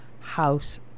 house